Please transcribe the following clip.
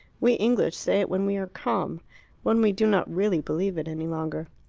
we english say it when we are calm when we do not really believe it any longer.